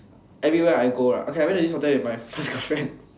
everywhere I go right okay I went to this hotel with my first girlfriend